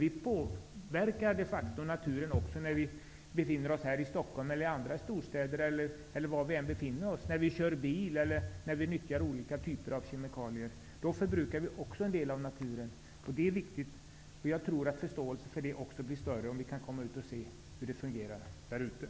Vi påverkar de facto naturen också när vi befinner oss här i Stockholm eller i andra storstäder, när vi kör bil eller nyttjar olika typer av kemikalier: då förbrukar vi också en del av naturen. Jag tror att förståelsen också för det blir större om vi kan komma ut och se hur det fungerar i naturen.